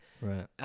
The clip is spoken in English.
Right